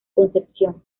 concepción